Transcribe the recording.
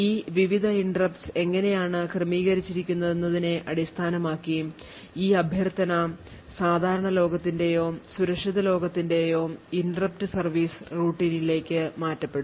ഈ വിവിധ interrupts എങ്ങനെയാണ് ക്രമീകരിച്ചിരിക്കുന്നതെന്നതിനെ അടിസ്ഥാനമാക്കി ഈ അഭ്യർത്ഥന സാധാരണ ലോകത്തിൻറെയോ സുരക്ഷിത ലോകത്തിൻറെയോ interrupt service routine ലേക്ക് മാറ്റപ്പെടും